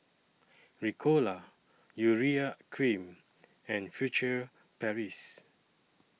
Ricola Urea Cream and Furtere Paris